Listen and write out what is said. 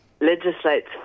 legislates